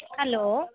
hello